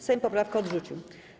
Sejm poprawkę odrzucił.